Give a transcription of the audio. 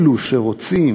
אלו שרוצים